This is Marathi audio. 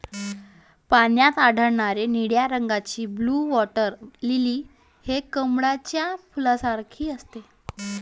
पाण्यात आढळणारे निळ्या रंगाचे ब्लू वॉटर लिली हे कमळाच्या फुलासारखे असते